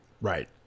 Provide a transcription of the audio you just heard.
Right